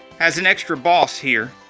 has an extra boss here